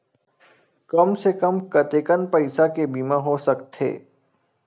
कम से कम कतेकन पईसा के बीमा हो सकथे?